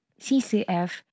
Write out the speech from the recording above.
CCF